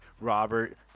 Robert